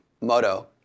Moto